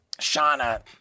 shauna